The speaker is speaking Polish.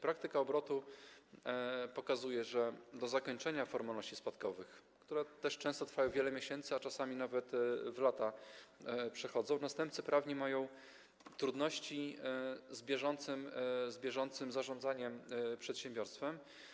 Praktyka obrotu pokazuje, że do zakończenia formalności spadkowych, które często trwały wiele miesięcy, a czasami nawet w lata to przechodziło, następcy prawni mają trudności z bieżącym zarządzaniem przedsiębiorstwem.